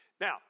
Now